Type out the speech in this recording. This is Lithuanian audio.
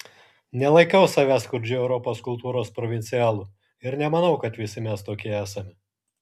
nelaikau savęs skurdžiu europos kultūros provincialu ir nemanau kad visi mes tokie esame